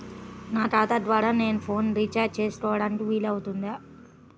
నా ఖాతా ద్వారా నేను ఫోన్ రీఛార్జ్ చేసుకోవడానికి వీలు అవుతుందా?